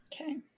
Okay